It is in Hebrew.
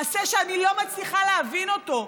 מעשה שאני לא מצליחה להבין אותו,